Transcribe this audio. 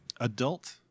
adult